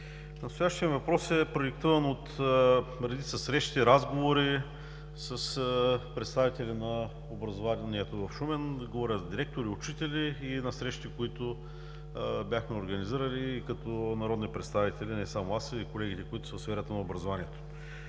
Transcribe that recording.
Настоящият въпрос е продиктуван от редица срещи, разговори с представители на образованието в Шумен, говоря за директори, учители, на срещи, които бяхме организирали като народни представители, не само аз, но и колегите, които са в сферата на образованието.